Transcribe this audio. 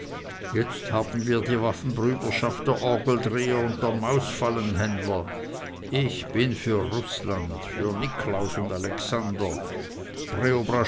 jetzt haben wir die waffenbrüderschaft der orgeldreher und der mausefallenhändler ich bin für rußland für nikolaus und alexander